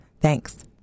Thanks